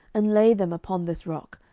and lay them upon this rock,